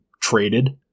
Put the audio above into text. traded